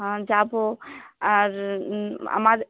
হাঁ যাবো আর আমার